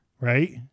right